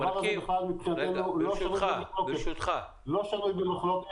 הדבר הזה לא שנוי במחלוקת,